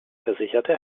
versicherte